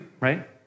right